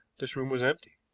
this room was empty.